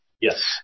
Yes